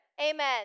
Amen